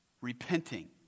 repenting